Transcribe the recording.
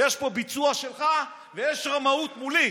ויש פה ביצוע שלך, ויש רמאות מולי.